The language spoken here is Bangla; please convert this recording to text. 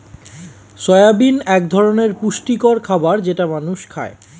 সয়াবিন এক ধরনের পুষ্টিকর খাবার যেটা মানুষ খায়